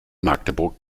magdeburg